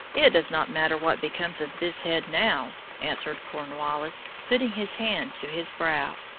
it does not matter what becomes of this head now, answered cornwallis, putting his hand to his brow.